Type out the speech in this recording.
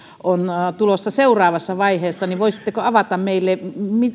on tulossa seuraavassa vaiheessa voisitteko avata meille